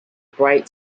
bright